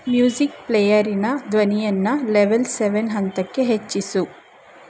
music ಪ್ಲೇಯರಿನ ಧ್ವನಿಯನ್ನು level seven ಹಂತಕ್ಕೆ ಹೆಚ್ಚಿಸು